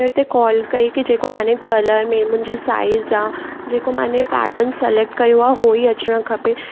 care ते call कई की जेको मां ने कलर में मुंहिंजी साइज़ आहे जेको मां ने पैटर्न सलेक्ट कयो आहे उहो ई अचणु खपे